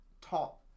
top